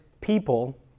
people